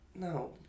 No